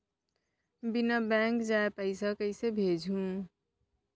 बिना बैंक जाए पइसा कइसे भेजहूँ?